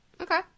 Okay